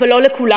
אבל לא לכולנו.